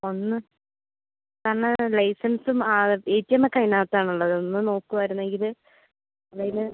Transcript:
ഒന്ന് കാരണം ലൈസെൻസും എ ടി എം ഒക്കെ അതിനകത്ത് ആണ് ഉള്ളത് ഒന്ന് നോക്കുവായിരുന്നെങ്കിൽ അതിൽ